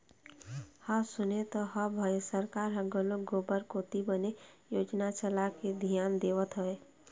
हव सुने तो हव भई सरकार ह घलोक गोबर कोती बने योजना चलाके धियान देवत हवय